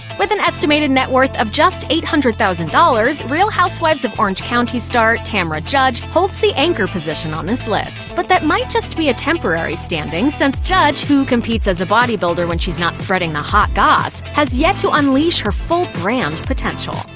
with an estimated net worth of just eight hundred thousand dollars, real housewives of orange county star tamra judge holds the anchor position on this list. but that might just be a temporary standing, since judge, who competes as a bodybuilder when she's not spreading the hot goss, has yet to unleash her full brand potential.